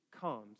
comes